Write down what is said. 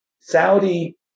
Saudi